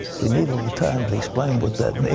we need a little time to explain what that